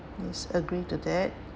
yes agree to that